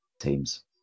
teams